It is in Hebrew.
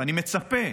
ואני מצפה